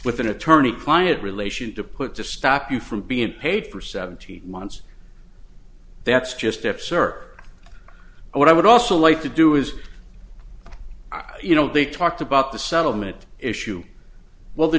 with an attorney client relation to put to stop you from being paid for seventeen months that's just absurd and what i would also like to do is you know they talked about the settlement issue well the